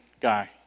guy